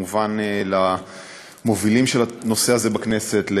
וכמובן למובילים של הנושא הזה בכנסת,